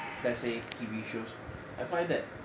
let's say T_V shows I find that